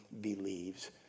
believes